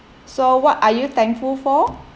so what are you thankful for